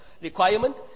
requirement